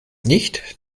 nicht